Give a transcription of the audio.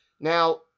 Now